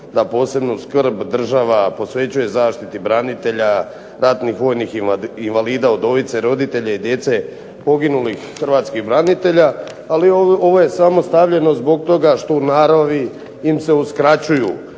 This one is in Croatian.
da posebnu skrb država posvećuje zaštiti branitelja, ratnih vojnih invalida, udovica, roditelja i djece poginulih hrvatskih branitelja, ali ovo je samo stavljeno zbog toga što u naravi im se uskraćuju